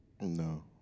No